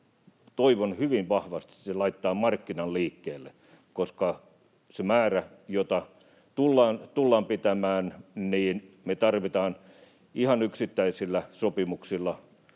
kautta, laittaa markkinan liikkeelle. Se määrä, jota tullaan pitämään, me tarvitaan ihan yksittäisillä sopimuksilla